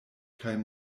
kaj